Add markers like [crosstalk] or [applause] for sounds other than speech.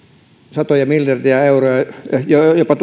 satoja miljoonia euroja jopa [unintelligible]